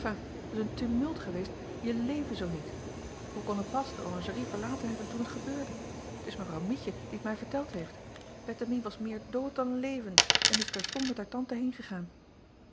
is een tumult geweest je leven zoo niet wij konnen pas de oranjerie verlaten hebben toen t gebeurde t s evrouw ietje die t mij verteld heeft ettemie was meer dood dan levend en is terstond met haar ante heengegaan